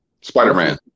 spider-man